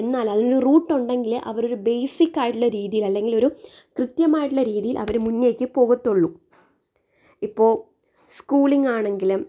എന്നാല് അതിന് ഒരു റൂട്ട് ഉണ്ടെങ്കിൽ ബേസിക് ആയിട്ടുള്ള രീതി കൃത്യമായിട്ടുള്ള രീതിയിൽ അവർ മുന്നേക്ക് പോകത്തുള്ളൂ ഇപ്പോൾ സ്കൂളിങ്ങ് ആണെങ്കിലും